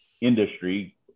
industry